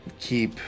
keep